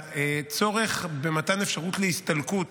הצורך במתן אפשרות להסתלקות